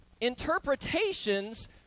interpretations